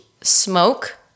smoke